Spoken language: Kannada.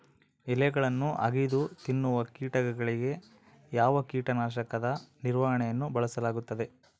ಎಲೆಗಳನ್ನು ಅಗಿದು ತಿನ್ನುವ ಕೇಟಗಳಿಗೆ ಯಾವ ಕೇಟನಾಶಕದ ನಿರ್ವಹಣೆಯನ್ನು ಬಳಸಲಾಗುತ್ತದೆ?